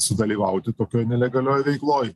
sudalyvauti tokioj nelegalioj veikloj